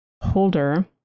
holder